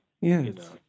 Yes